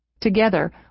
Together